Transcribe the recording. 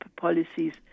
policies